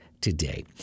today